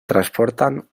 transportan